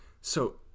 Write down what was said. So